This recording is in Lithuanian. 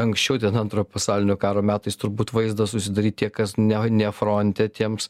anksčiau ten antrojo pasaulinio karo metais turbūt vaizdą susidaryt tie kas ne ne fronte tiems